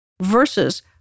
versus